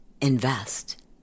invest